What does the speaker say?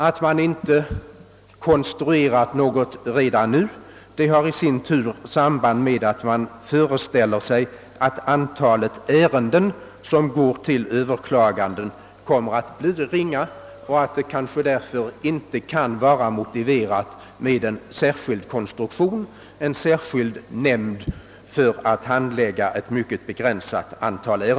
Att man inte har konstruerat något annat system redan nu har i sin tur samband med att man föreställer sig att antalet ärenden som går till överklagande kommer att bli ringa och att det kanske inte är motiverat med en särskild nämnd för att handlägga ett mycket begränsat antal fall.